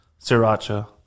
sriracha